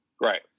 Right